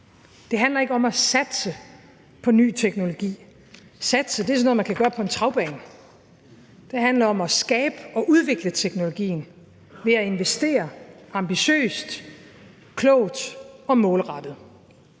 Det handler ikke om at satse på ny teknologi. Satse er sådan noget, man kan gøre på en travbane. Det handler om at skabe og udvikle teknologien ved at investere ambitiøst, klogt og målrettet.